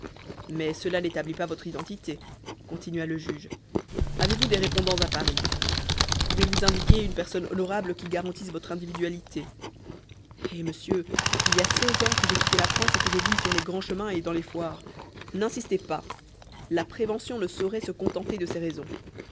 mais cela n'établit pas votre identité continua le juge avez-vous des répondants à paris pouvez-vous indiquer une personne honorable qui garantisse votre individualité eh monsieur il y a seize ans que j'ai quitté la france et que je vis sur les grands chemins et dans les foires n'insistez pas la prévention ne saurait se contenter de ces raisons